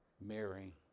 Mary